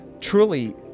truly